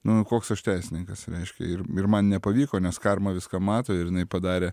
nu koks aš teisininkas reiškia ir ir man nepavyko nes karma viską mato ir jinai padarė